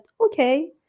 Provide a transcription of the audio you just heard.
okay